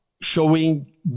showing